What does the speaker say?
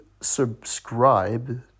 subscribe